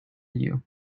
you